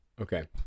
Okay